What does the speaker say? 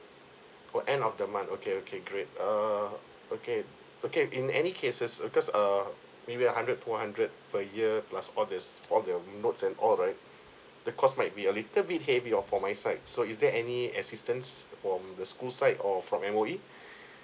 oh end of the month okay okay great err okay okay in any cases uh cause err maybe a hundred two hundred per year plus all the s~ all the notes and all right the cost might be a little bit or for my side so is there any assistance from the school side or from M_O_E